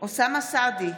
אוסאמה סעדי,